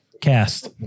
Cast